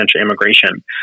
immigration